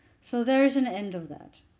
so there is an end of that.